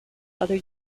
other